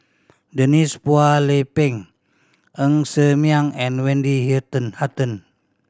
Denise Phua Lay Peng Ng Ser Miang and Wendy Hutton